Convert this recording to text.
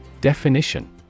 Definition